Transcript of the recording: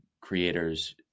creators